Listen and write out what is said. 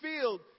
field